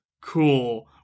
Cool